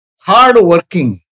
hard-working